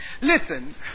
Listen